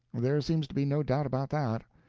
there seems to be no doubt about that.